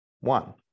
one